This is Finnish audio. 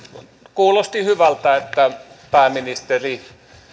kuulosti hyvältä että pääministeri